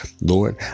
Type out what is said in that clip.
Lord